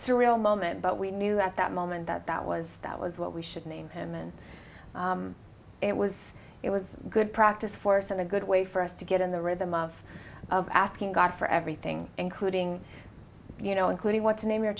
surreal moment but we knew at that moment that that was that was what we should name him and it was it was good practice for us and a good way for us to get in the rhythm of of asking god for everything including you know including what to name your